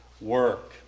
work